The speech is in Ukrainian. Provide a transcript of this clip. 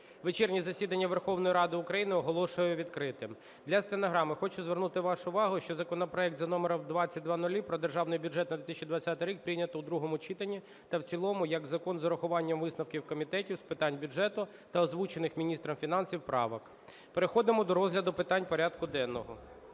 Вечірнє засідання Верховної Ради України оголошую відкритим. Для стенограми. Хочу звернути вашу увагу, що законопроект за номером 2000 про Державний бюджет на 2020 рік прийнято у другому читанні та в цілому як закон з урахуванням висновків Комітету з питань бюджету та озвучених міністром фінансів правок. Переходимо до розгляду питань порядку денного.